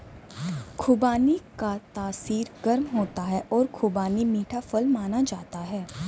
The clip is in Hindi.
खुबानी का तासीर गर्म होता है और खुबानी मीठा फल माना जाता है